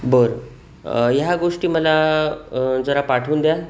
बरं ह्या गोष्टी मला जरा पाठवून द्याल